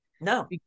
No